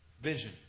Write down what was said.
vision